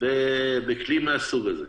בכלי מהסוג הזה.